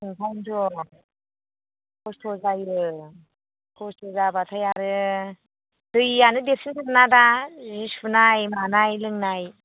ओंखायथ' खस्थ' जायो खस्थ' जाबाथाय आरो दैआनो देरसिनजोब ना दा जि सुनाय मानाय लोंनाय